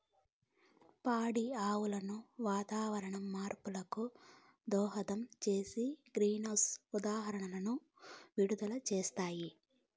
పాడి ఆవులు వాతావరణ మార్పులకు దోహదం చేసే గ్రీన్హౌస్ ఉద్గారాలను విడుదల చేస్తాయి